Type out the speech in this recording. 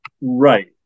Right